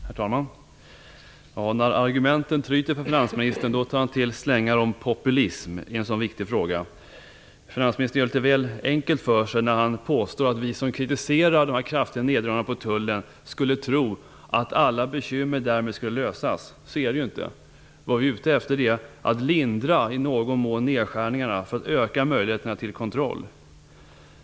Herr talman! När argumenten tryter för finansministern tar han till slängar om populism i en så här viktig fråga. Finansministern gör det litet väl enkelt för sig när han påstår att vi som kritiserar dessa kraftiga nerdragningarna på tullen skulle tro att alla bekymmer går att lösa. Så är det inte. Vi är ute efter att lindra effekterna av nedskärningarna för att öka möjligheterna till kontroll.